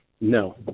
No